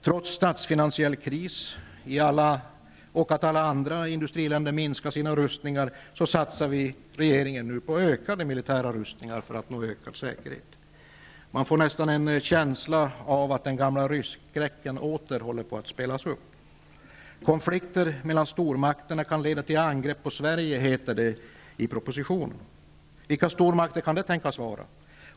Trots statsfinansiell kris och att alla andra industriländer minskar sina rustningar, satsar regeringen på ökade militära rustningar för att nå ökad säkerhet. Man får nästan en känsla av att den gamla rysskräcken åter håller på att spelas upp. Konflikter mellan stormakterna kan leda til angrepp på Sverige, heter det i propositionen. Vilka stormakter kan det tänkas vara?